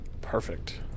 Perfect